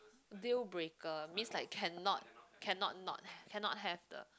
deal breaker means like cannot cannot not cannot have the